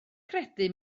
credu